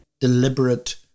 deliberate